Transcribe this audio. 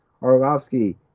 Arlovsky